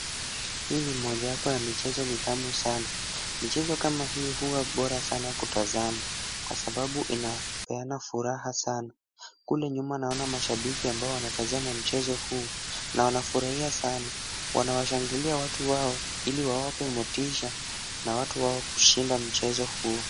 Hii ni mojawapo ya michezo mitamu sana. Michezo kama hii huwa bora sana kutazama, kwa sababu inapeana furaha sana. Kule nyuma naona mashabiki ambao wanatazama mchezo huu, na wanafurahia sana. Wanawashangilia watu wao ili wawape motisha na watu wao kushinda mchezo huu.